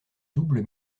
double